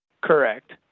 Correct